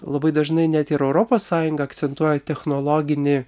labai dažnai net ir europos sąjunga akcentuoja technologinį